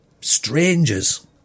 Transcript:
strangers